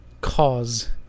cause